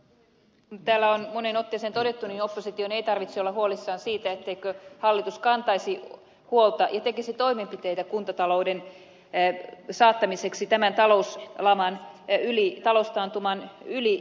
kuten täällä on moneen otteeseen todettu opposition ei tarvitse olla huolissaan siitä etteikö hallitus kantaisi huolta ja tekisi toimenpiteitä kuntatalouden saattamiseksi tämän talouslaman yli taloustaantuman yli